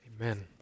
Amen